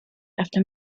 after